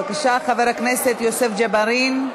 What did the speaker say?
בבקשה, חבר הכנסת יוסף ג'בארין.